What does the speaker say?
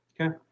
Okay